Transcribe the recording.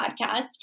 podcast